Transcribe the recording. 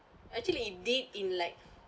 actually it did in like